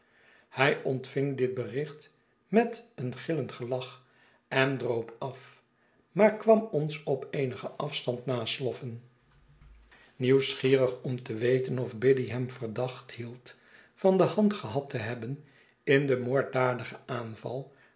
hij ontving dit bericht met een gillend gelach en droop af maar kwam ons op eenigen afstand nasloffen nieuwsgierig om te weten of biddy hem verdacht hield van de hand gehad te hebben in den moorddadigen aanval